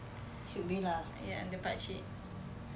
should be lah